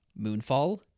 Moonfall